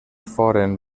foren